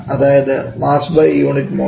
അതായത് mass by unit മോള്